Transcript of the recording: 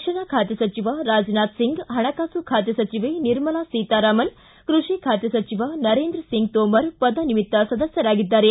ರಕ್ಷಣಾ ಖಾತೆ ಸಚಿವ ರಾಜನಾಥ್ ಸಿಂಗ್ ಹಣಕಾಸು ಖಾತೆ ಸಚಿವೆ ನಿರ್ಮಲಾ ಸೀತಾರಾಮನ್ ಕೃಷಿ ಖಾತೆ ಸಚಿವ ನರೇಂದ್ರ ಸಿಂಗ್ ತೋಮರ್ ಪದನಿಮಿತ್ತ ಸದಸ್ಕರಾಗಿದ್ದಾರೆ